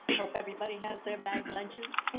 hope everybody has their bag lunches